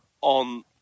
on